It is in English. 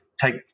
take